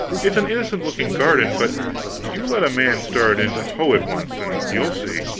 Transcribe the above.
it's an innocent looking garden, but you let a man start in to hoe it once, and you'll see.